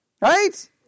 Right